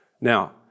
Now